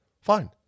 fine